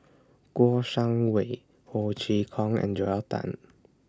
Kouo Shang Wei Ho Chee Kong and Joel Tan